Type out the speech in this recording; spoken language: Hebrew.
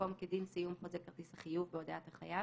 במקום "כדין סיום חוזה כרטיס החיוב בהודעת החייב"